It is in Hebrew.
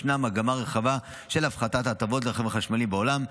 ישנה מגמה רחבה של הפחתת ההטבות לרכבים חשמליים בעולם,